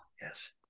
Yes